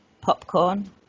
popcorn